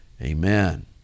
amen